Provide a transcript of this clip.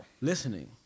listening